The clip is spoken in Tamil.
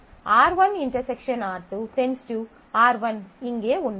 எனவே R1 ∩ R2 → R1 இங்கே உண்மை